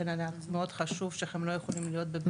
לכן היה לי מאוד חשוב להגיד שהם לא יכולים להיות בבית המעצר.